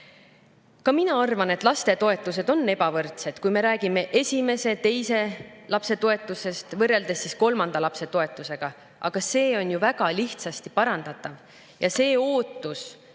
Ka mina arvan, et lastetoetused on ebavõrdsed, kui me räägime esimese ja teise lapse toetusest võrreldes kolmanda lapse toetusega, aga seda on ju väga lihtne parandada. Ja see ootus